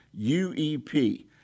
UEP